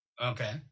Okay